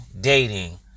Dating